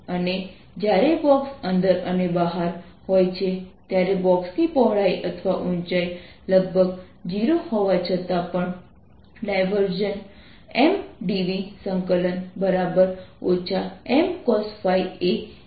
તેથી જો આપણે બે જવાબોની તુલના કરીએ તો હું જોઈ શકું છું કે આ પોટેન્શિયલ બરાબર છે કારણ કે આપણે આ પોટેન્શિયલ માટેનો જવાબ જાણીએ છીએ